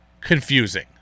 confusing